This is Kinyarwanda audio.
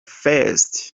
fest